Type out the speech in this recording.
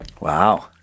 Wow